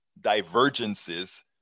divergences